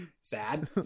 sad